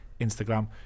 Instagram